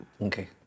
Okay